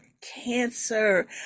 cancer